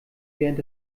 während